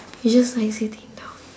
you just like sitting down